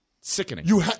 sickening